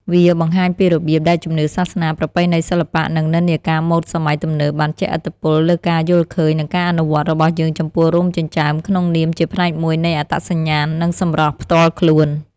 វាបង្ហាញពីរបៀបដែលជំនឿសាសនា ប្រពៃណីសិល្បៈ និងនិន្នាការម៉ូដសម័យទំនើប បានជះឥទ្ធិពលលើការយល់ឃើញ និងការអនុវត្តរបស់យើងចំពោះរោមចិញ្ចើមក្នុងនាមជាផ្នែកមួយនៃអត្តសញ្ញាណ និងសម្រស់ផ្ទាល់ខ្លួន។